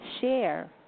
Share